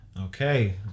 okay